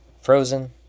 Frozen